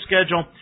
schedule